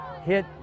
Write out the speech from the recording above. hit